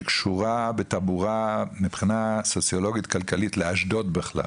שקשורה בטבורה מבחינה סוציולוגית-כלכלית לאשדוד בכלל,